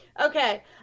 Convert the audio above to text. Okay